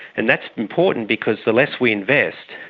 and that's important because the less we invest,